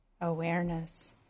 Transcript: awareness